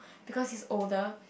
because he is older